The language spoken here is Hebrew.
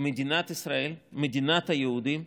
במדינת ישראל, מדינת היהודים.